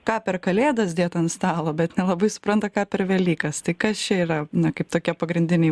ką per kalėdas dėt ant stalo bet nelabai supranta ką per velykas tai kas čia yra na kaip tokie pagrindiniai